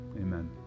amen